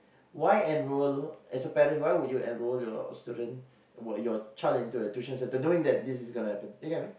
why enrol as a parent why would you enrol your student uh your child into a tuition centre knowing that this is gonna happen do you get what I mean